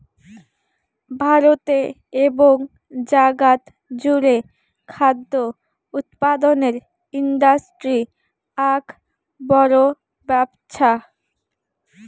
ভারতে এবং জাগাত জুড়ে খাদ্য উৎপাদনের ইন্ডাস্ট্রি আক বড় ব্যপছা